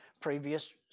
previous